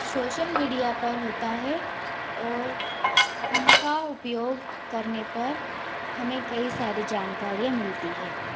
social media पर होता है और उनका उपयोग करने पर हमें कई सारी जानकारियाँ मिलती है